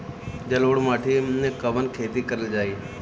जलोढ़ माटी में कवन खेती करल जाई?